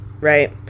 Right